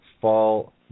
fall